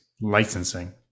licensing